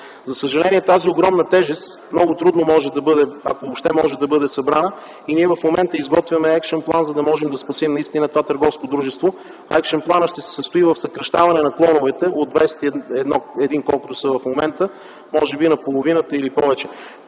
За съжаление тази огромна тежест много трудно може, ако въобще може да бъде събрана. В момента изготвяме екшън план, за да можем да спасим това търговско дружество. Екшънпланът ще се състои в съкращаване на клоновете от 21 клона, колкото са в момента, може би наполовина или повече.